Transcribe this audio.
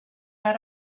out